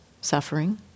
suffering